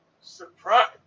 Surprise